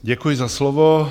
Děkuji za slovo.